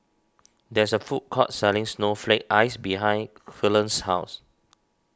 there is a food court selling Snowflake Ice behind Cullen's house